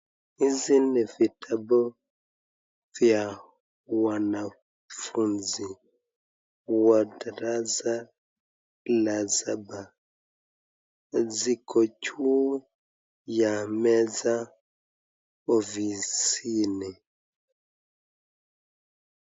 Hizi ni vitabu vya wanafunzi wa darasa la saba ziko juu ya meza ofisini .